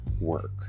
work